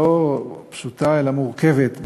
לא פשוטה אלא מורכבת,